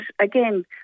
again